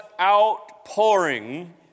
outpouring